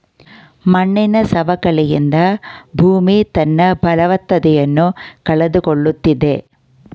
ಮಣ್ಣಿನ ಸವಕಳಿಯಿಂದ ಭೂಮಿ ತನ್ನ ಫಲವತ್ತತೆಯನ್ನು ಕಳೆದುಕೊಳ್ಳುತ್ತಿದೆ